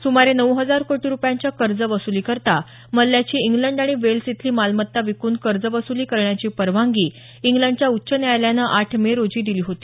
सुमारे नऊ हजार कोटी रुपयांच्या कर्ज वसुलीकरता मल्ल्याची इंग्लंड आणि वेल्स इथली मालमत्ता विकून कर्जवसूली करण्याची परवानगी इंग्लंडच्या उच्च न्यायालयानं आठ मे रोजी दिली होती